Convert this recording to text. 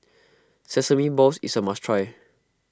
Sesame Balls is a must try